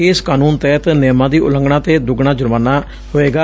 ਇਸ ਕਾਨੂੰਨ ਤਹਿਤ ਨਿਯਮਾਂ ਦੀ ਉਲੰਘਣਾ ਤੇ ਦੁਗਣਾ ਜੁਰਮਾਨਾ ਹੋਏਗਾ